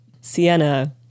Sienna